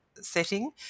setting